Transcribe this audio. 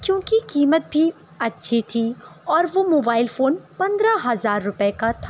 کیوں کہ قیمت بھی اچھی تھی اور وہ موبائل فون پندرہ ہزار روپے کا تھا